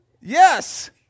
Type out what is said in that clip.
yes